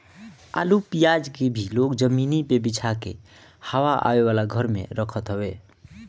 आलू पियाज के भी लोग जमीनी पे बिछा के हवा आवे वाला घर में रखत हवे